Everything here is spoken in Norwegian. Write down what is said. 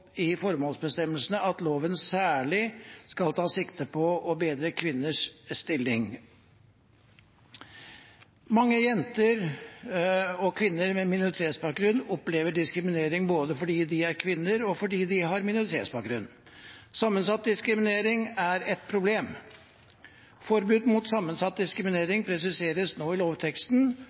i formålsbestemmelsen at loven særlig skal ta sikte på å bedre kvinners stilling. Mange jenter og kvinner med minoritetsbakgrunn opplever diskriminering både fordi de er kvinner, og fordi de har minoritetsbakgrunn. Sammensatt diskriminering er et problem. Forbud mot sammensatt diskriminering presiseres nå i lovteksten,